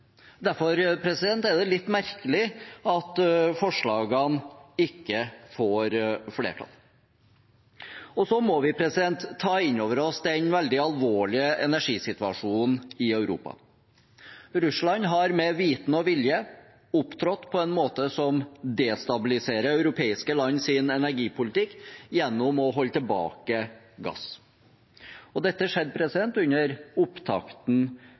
Derfor er det litt merkelig at forslagene ikke får flertall. Vi må ta inn over oss den veldig alvorlige energisituasjonen i Europa. Russland har med vitende og vilje opptrådt på en måte som destabiliserer europeiske lands energipolitikk gjennom å holde tilbake gass. Dette skjedde under opptakten